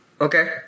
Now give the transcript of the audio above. Okay